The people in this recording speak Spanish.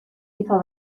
hizo